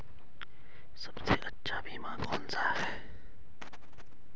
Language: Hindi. सबसे अच्छा बीमा कौन सा है?